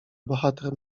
bohater